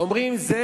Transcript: אומרים: זה